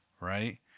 right